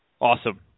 Awesome